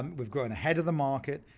um we've gotten ahead of the market,